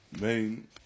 main